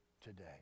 today